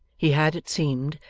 he had, it seemed,